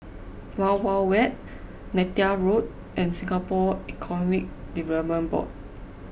Wild Wild Wet Neythal Road and Singapore Economic Development Board